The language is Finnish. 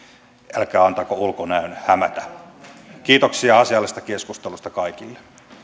älkää antako ulkonäön hämätä kiitoksia asiallisesta keskustelusta kaikille